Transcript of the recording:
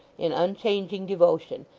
in unchanging devotion,